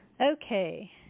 Okay